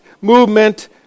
movement